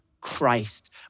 Christ